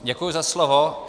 Děkuji za slovo.